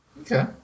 Okay